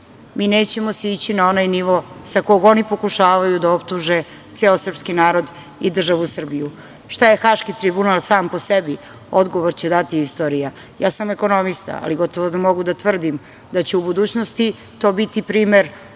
mi nećemo sići na onaj nivo sa kog oni pokušavaju da optuže ceo srpski narod i državu Srbiju. Šta je Haški tribunal sam po sebi? Odgovor će dati istorija. Ja sam ekonomista, ali gotovo da mogu da tvrdim da će u budućnosti to biti primer